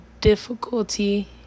difficulty